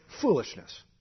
foolishness